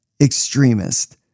extremist